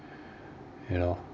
you know